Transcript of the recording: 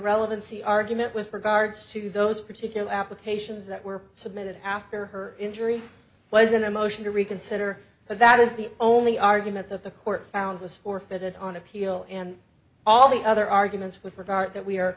relevancy argument with regards to those particular applications that were submitted after her injury was in a motion to reconsider that is the only argument that the court found was forfeited on appeal and all the other arguments with regard that we are